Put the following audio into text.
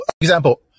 example